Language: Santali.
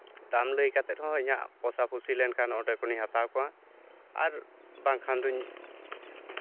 ᱫᱟᱢ ᱞᱟᱹᱭ ᱠᱟᱛᱮᱫ ᱦᱚᱸ ᱤᱧᱟᱹᱜ ᱯᱚᱥᱟᱯᱚᱥᱤ ᱞᱮᱱᱠᱷᱟᱱ ᱚᱸᱰᱮ ᱠᱷᱚᱱᱤᱧ ᱦᱟᱛᱟᱣ ᱠᱚᱣᱟ ᱟᱨ ᱵᱟᱝᱠᱷᱟᱱ ᱫᱩᱧ